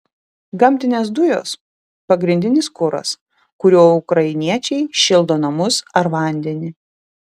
gamtinės dujos pagrindinis kuras kuriuo ukrainiečiai šildo namus ar vandenį